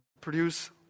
produce